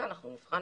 שנוכל